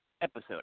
episode